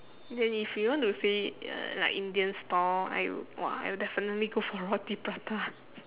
then if you want to say uh like indian stall I !wah! I would definitely go for roti prata